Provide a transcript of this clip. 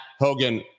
Hogan